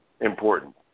Important